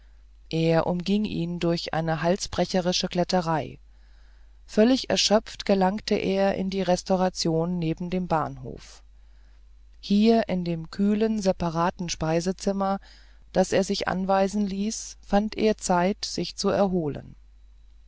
er umging ihn durch eine halsbrecherische kletterei völlig erschöpft gelangte er in die restauration neben dem bahnhof hier in dem kühlen separaten speisezimmer das er sich anweisen ließ fand er zeit sich zu erholen